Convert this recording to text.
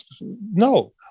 no